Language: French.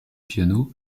piano